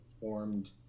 formed